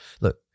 look